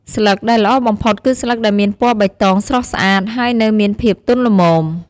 ស្លឹកដែលល្អបំផុតគឺស្លឹកដែលមានពណ៌បៃតងស្រស់ស្អាត ហើយនៅមានភាពទន់ល្មម។